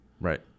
Right